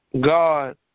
God